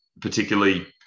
particularly